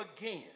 again